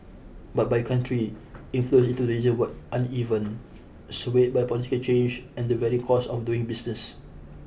but by country inflows into the region were uneven swayed by political change and the varying costs of doing business